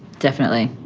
definitely.